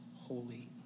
holy